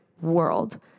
world